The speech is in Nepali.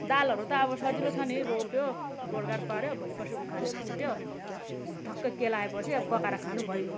दालहरू त अब सजिलो छ नि रोप्यो गोडगाड पाऱ्यो भोलि पर्सि उखेल्यो कुट्यो ठ्याक्कै केलाएपछि अब पकाएर खानु भइगो